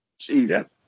Jesus